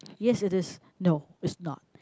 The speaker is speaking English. yes it is no it's not